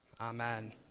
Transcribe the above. Amen